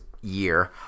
year